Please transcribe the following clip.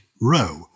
Row